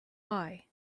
eye